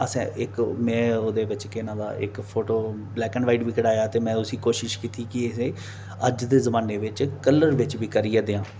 असें इक मैं ओह्दे बिच्च केह् न ओह्दा इक फोटो ब्लैक एण्ड वाईट बी कढाया ते में उसी कोशिश कीती कि इसी अज्ज दे जमाने बिच्च कलर बिच्च बी करियै देआं